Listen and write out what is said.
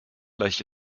gleich